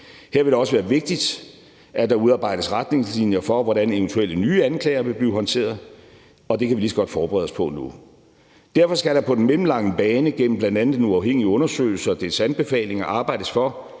Her vil det også være vigtigt, at der udarbejdes retningslinjer for, hvordan eventuelle nye anklager vil blive håndteret, og det kan vi lige så godt forberede os på nu. Derfor skal der på den mellemlange bane gennem bl.a. den uafhængige undersøgelse og dens anbefalinger arbejdes for